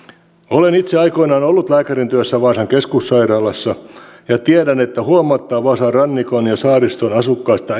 olen itse aikoinaan ollut lääkärin työssä vaasan keskussairaalassa ja tiedän että huomattava osa rannikon ja saariston asukkaista